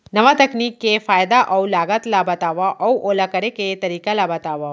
नवा तकनीक के फायदा अऊ लागत ला बतावव अऊ ओला करे के तरीका ला बतावव?